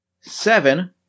Seven